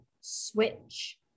switch